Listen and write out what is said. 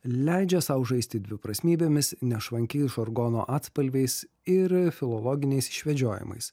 leidžia sau žaisti dviprasmybėmis nešvankiais žargono atspalviais ir filologiniais išvedžiojimais